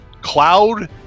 Cloud